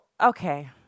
okay